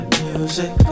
music